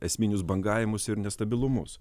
esminius bangavimus ir nestabilumus